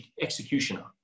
executioner